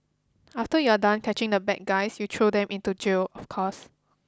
after you are done catching the bad guys you throw them into jail of course